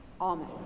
Amen